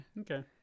Okay